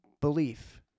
Belief